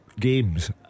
games